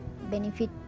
benefit